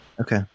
Okay